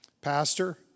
Pastor